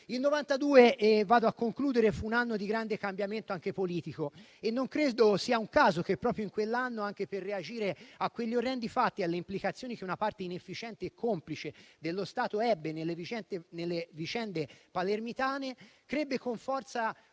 Il 1992 fu un anno di grande cambiamento, anche politico, e non credo sia un caso che proprio in quell'anno, anche per reagire a quegli orrendi fatti e alle implicazioni che una parte inefficiente e complice dello Stato ebbe nelle vicende palermitane, crebbe con forza una